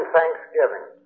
Thanksgiving